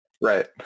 Right